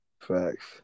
Facts